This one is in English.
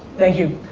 thank you.